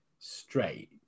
straight